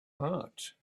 heart